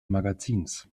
magazins